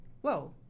whoa